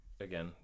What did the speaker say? again